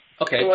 Okay